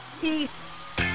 Peace